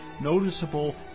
noticeable